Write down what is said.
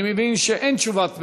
אני מבין שאין תשובת ממשלה.